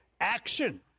action